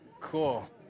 Cool